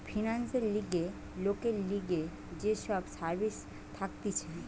ফিন্যান্সের লিগে লোকের লিগে যে সব সার্ভিস থাকতিছে